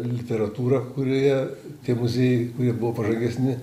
literatūrą kurioje tie muziejai buvo pažangesni